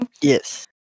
Yes